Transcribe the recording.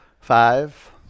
five